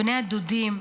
בני הדודים,